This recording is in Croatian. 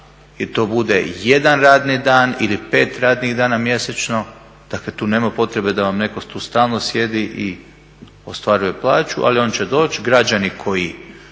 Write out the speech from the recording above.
da to bude jedan radni dan ili pet radnih dana mjesečno. Dakle, tu nema potrebe da vam neko tu stalno sjedi i ostvaruje plaću, ali on će doći, građani koji